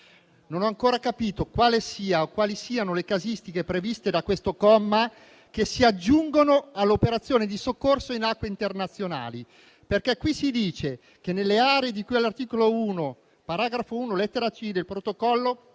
Non ho ancora capito quale sia o quali siano le casistiche previste da questo comma 2, che si aggiungono alle operazioni di soccorso in acque internazionali. Al comma 2 si dice che: «nelle aree di cui all'articolo 1, paragrafo 1, lettera *c)*, del Protocollo